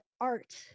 art